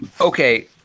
Okay